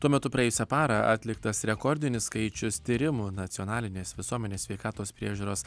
tuo metu praėjusią parą atliktas rekordinis skaičius tyrimų nacionalinės visuomenės sveikatos priežiūros